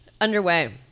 Underway